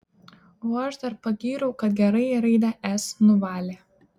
o aš dar pagyriau kad gerai raidę s nuvalė